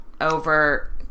over